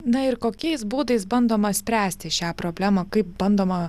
na ir kokiais būdais bandoma spręsti šią problemą kaip bandoma